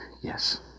Yes